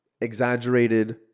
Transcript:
exaggerated